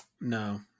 No